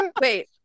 Wait